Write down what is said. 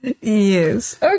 Yes